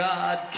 God